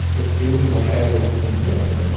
it it was like i wasn't in the room.